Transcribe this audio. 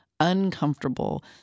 Uncomfortable